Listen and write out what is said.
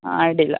ಹಾಂ ಅಡ್ಡಿಲ್ಲ